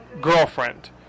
girlfriend